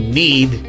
need